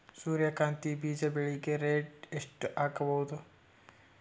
ಸೂರ್ಯ ಕಾಂತಿ ಬೀಜ ಬೆಳಿಗೆ ರೇಟ್ ಎಷ್ಟ ಆಗಬಹುದು?